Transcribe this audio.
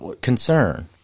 concern